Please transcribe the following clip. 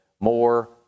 more